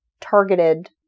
targeted